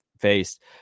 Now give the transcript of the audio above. faced